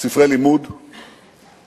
ספרי לימוד רשמיים,